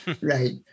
Right